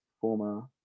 former